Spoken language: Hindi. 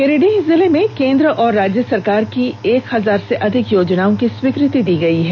गिरिडीह जिले में केन्द्र और राज्य सरकार की एक हजार से अधिक योजनाओं की स्वीकृति दी गई है